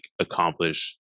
accomplish